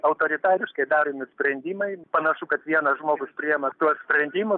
autoritariškai daromi sprendimai panašu kad vienas žmogus priima tos sprendimus